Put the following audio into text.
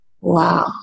wow